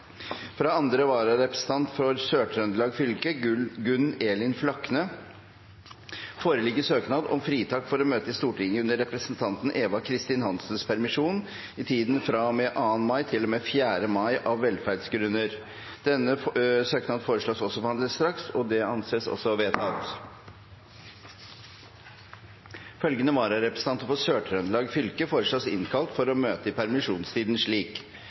Fra andre varerepresentant for Sør-Trøndelag fylke, Gunn Elin Flakne , foreligger søknad om fritak for å møte i Stortinget under representanten Eva Kristin Hansens permisjon i tiden fra og med 2. mai til og med 4. mai, av velferdsgrunner. Etter forslag fra presidenten ble enstemmig besluttet: Søknaden behandles straks og innvilges. Følgende vararepresentanter for Sør-Trøndelag fylke innkalles for å møte i permisjonstiden slik: